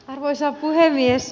arvoisa puhemies